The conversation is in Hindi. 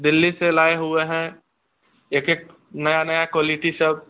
दिल्ली से लाए हुए हैं एक एक नया नया क्वालिटी सब